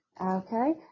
Okay